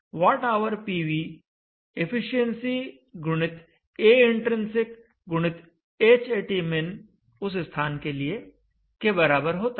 watt hour PV efficiency गुणित Aintrinsic गुणित Hatmin उस स्थान के लिए के बराबर होता है